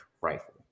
rifle